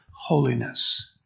holiness